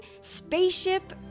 Spaceship